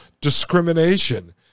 discrimination